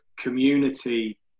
community